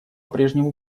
прежнему